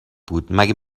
بود، مگه